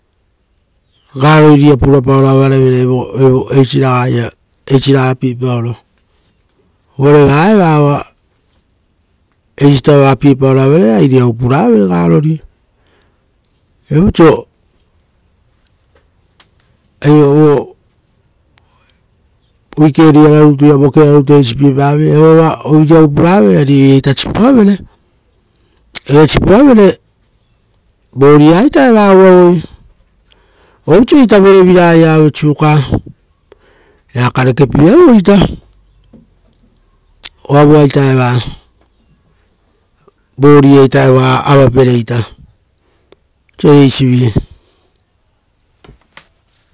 Va purapiepaoro avaravere eisi raga piepaoro, uvare va eva oa eisi piepaoro avaravere ra vovi purapirovere, agasiovi. Uva voki viei opesiaro ia iriavu puravere ra oiraita sipoavere, oira sipoavere, oira sipoavere ra vari-ita oua aue vakia; ita vorevira aue uvuapa tapipa ru. Va karekepieavoi-ita, uva oavuaita eva vakia oa evoa avapere.